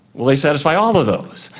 well, they satisfy all of those.